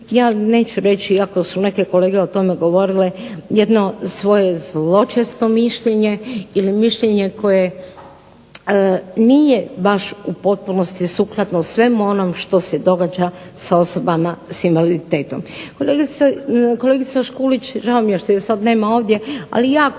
neću reći, iako su neke kolege o tome govorile, jedno svoje zločesto mišljenje ili mišljenje koje nije baš u potpunosti sukladno svemu onom što se događa sa osobama s invaliditetom. Kolegica Škulić, žao mi je što je sad nema ovdje, ali jako